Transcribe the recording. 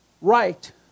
right